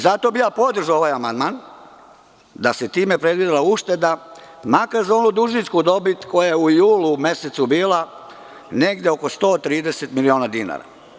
Zato bih ja podržao ovaj amandman da se time predvidela ušteda, makar za onu dužničku dobit koja je u julu mesecu bila negde oko 130 miliona dinara.